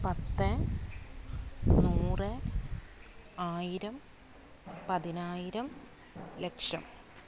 പത്ത് നൂറ് ആയിരം പതിനായിരം ലക്ഷം